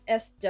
SW